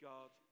God